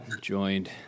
joined